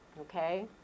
okay